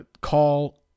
Call-